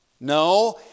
No